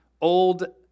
old